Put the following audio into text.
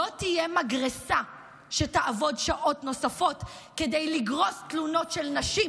לא תהיה מגרסה שתעבוד שעות נוספות כדי לגרוס תלונות של נשים,